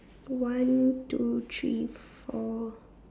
one two three four